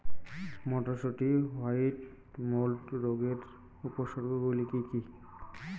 মটরশুটির white mould রোগের উপসর্গগুলি কী কী?